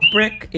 Brick